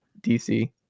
DC